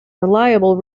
reliable